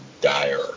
dire